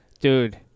Dude